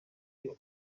nuko